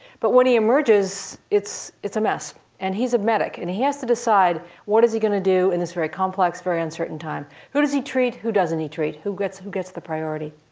but when he emerges, it's it's a mess. and he's a medic. and he has to decide what is he going to do in this very complex, very uncertain time. who does he treat? who doesn't he treat? who gets who gets the priority.